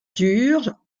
dur